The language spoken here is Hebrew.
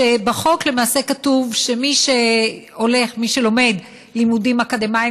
שבחוק למעשה כתוב שמי שלומד לימודים אקדמיים